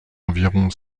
environ